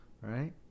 Right